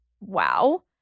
wow